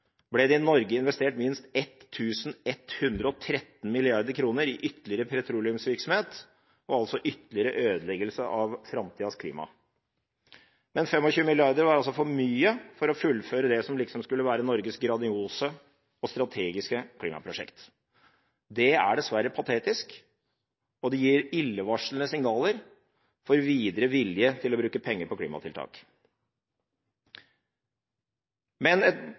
ble det i Norge investert minst 1 113 mrd. kr i ytterligere petroleumsvirksomhet og altså ytterligere ødeleggelse av framtidas klima. Men 25 mrd. kr var altså for mye for å fullføre det som liksom skulle være Norges grandiose og strategiske klimaprosjekt. Det er dessverre patetisk, og det gir illevarslende signaler for videre vilje til å bruke penger på klimatiltak. Men